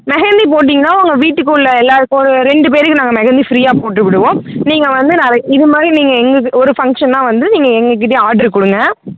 மெஹந்தி போட்டீங்கன்னா உங்கள் வீட்டுக்குள்ளே எல்லார் ரெண்டு பேருக்கு நாங்கள் மெஹந்தி ஃப்ரீயாக போட்டுவிடுவோம் நீங்கள் வந்து நாளை இதுமாதிரி நீங்கள் எங்கே ஒரு ஃபங்க்ஷனா வந்து நீங்கள் எங்கள்கிட்டையே ஆர்டர் கொடுங்க